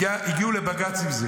הגיעו עם זה לבג"ץ.